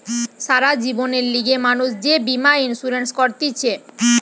সারা জীবনের লিগে মানুষ যে বীমা ইন্সুরেন্স করতিছে